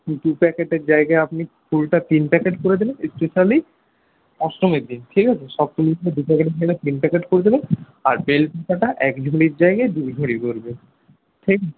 দু প্যাকেটের জায়গায় আপনি ফুলটা তিন প্যাকেট করে দেবেন স্পেশালি অষ্টমীর দিন ঠিক আছে সপ্তমীর দিন দু প্যাকেটের জায়গায় তিন প্যাকেট করে দেবেন আর বেলপাতা এক ঝুড়ির জায়গায় দুই ঝুড়ি করবেন ঠিক